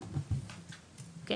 אוקיי?